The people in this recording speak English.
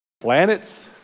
planets